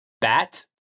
bat